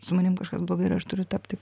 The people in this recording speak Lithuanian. su manim kažkas blogai ir aš turiu tapti